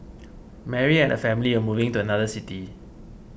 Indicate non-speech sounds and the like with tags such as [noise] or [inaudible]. Mary and [noise] family were moving to another city